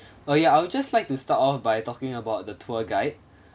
oh ya I would just like to start off by talking about the tour guide